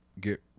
get